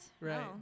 right